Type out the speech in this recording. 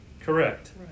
Correct